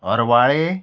अरवाळे